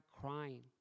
crying